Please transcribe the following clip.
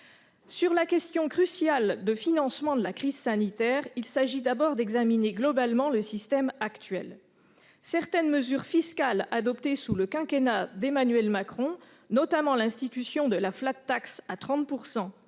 la question cruciale du financement de la crise sanitaire, il faut d'abord examiner globalement le système actuel. Certaines mesures fiscales adoptées sous le quinquennat d'Emmanuel Macron, notamment l'institution de la à 30